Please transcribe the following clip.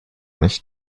nicht